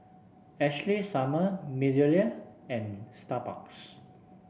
Ashley Summer MeadowLea and Starbucks